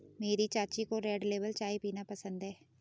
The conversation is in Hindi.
मेरी चाची को रेड लेबल चाय पीना पसंद है